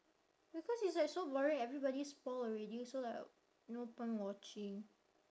because it's like so boring everybody spoil already so like no point watching